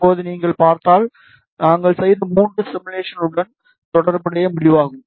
இப்போது நீங்கள் பார்த்தால் நாங்கள் செய்த 3 சிமுலேஷன்தலுடன் தொடர்புடைய முடிவாகும்